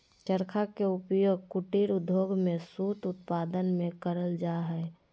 चरखा के उपयोग कुटीर उद्योग में सूत उत्पादन में करल जा हई